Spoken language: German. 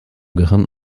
gehirn